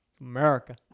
america